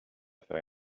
fait